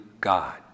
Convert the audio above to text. God